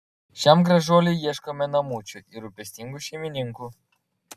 šiam gražuoliui ieškome namučių ir rūpestingų šeimininkų